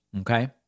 Okay